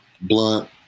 blunt